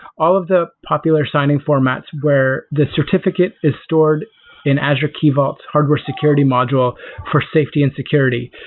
all of the popular signing formats where the certificate is stored in azure key vaults hardware security module for safety and security.